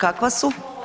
Kakva su?